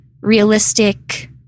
realistic